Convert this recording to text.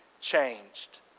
changed